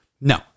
No